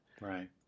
right